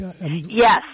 Yes